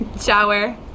shower